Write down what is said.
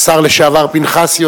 השר לשעבר פנחסי,